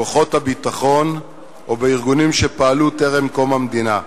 בכוחות הביטחון או בארגונים שפעלו טרם קום המדינה.